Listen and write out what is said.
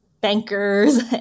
bankers